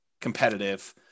competitive